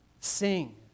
Sing